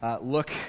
look